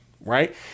right